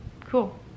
Cool